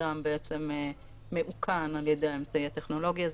אדם מאוכן על ידי האמצעי הטכנולוגי הזה,